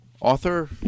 author